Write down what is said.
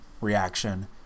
reaction